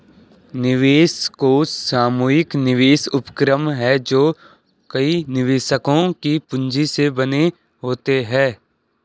निवेश कोष सामूहिक निवेश उपक्रम हैं जो कई निवेशकों की पूंजी से बने होते हैं